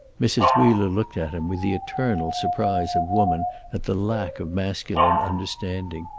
mrs. wheeler looked at him, with the eternal surprise of woman at the lack of masculine understanding.